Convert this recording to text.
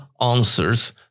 answers